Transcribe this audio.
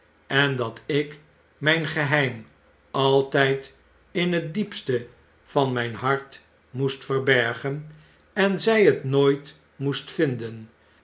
en dat ik myngeheim altydinhet diepste van mijn hart moest verbergen en zy het nooit moest vinden